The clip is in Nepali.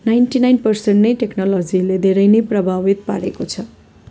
नाइन्टी नाइन पर्सेन्ट नै टेक्नोलोजीले धेरै नै प्रभावित पारेको छ